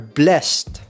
blessed